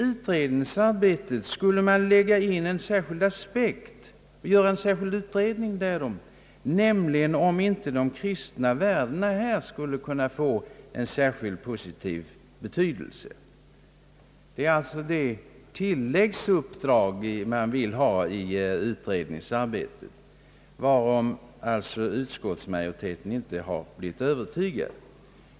Man vill lägga in en särskild aspekt och göra en särskild utredning om huruvida de kristna värdena här skulle kunna få en positiv betydelse. Man vill alltså ge ett tilläggsuppdrag i utredningsarbetet, men utskottsmajoriteten har inte blivit övertygad om att det skulle vara riktigt att ge ett sådant tilläggsuppdrag.